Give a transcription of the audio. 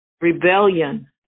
rebellion